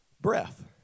breath